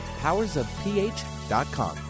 powersofph.com